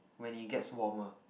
when it gets warmer